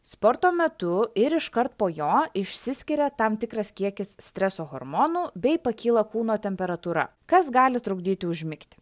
sporto metu ir iškart po jo išsiskiria tam tikras kiekis streso hormonų bei pakyla kūno temperatūra kas gali trukdyti užmigti